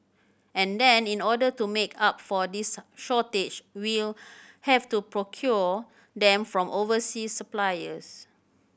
and then in order to make up for this shortage we'll have to procure them from overseas suppliers